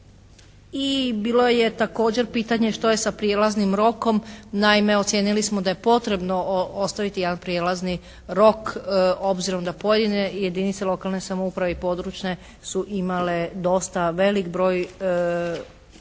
I bilo je također pitanje što je sa prijelaznim rokom. Naime ocijenili smo da je potrebno ostvariti jedan prijelazni rok obzirom da pojedine jedinice lokalne samouprave i područne su imale dosta velik broj predmeta